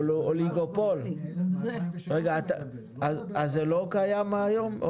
אוליגופול, זה לא קיים היום?